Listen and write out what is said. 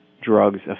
drugs